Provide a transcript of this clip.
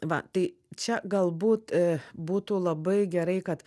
va tai čia galbūt būtų labai gerai kad